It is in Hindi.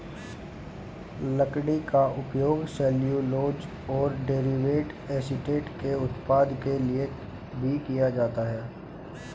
लकड़ी का उपयोग सेल्यूलोज और डेरिवेटिव एसीटेट के उत्पादन के लिए भी किया जाता है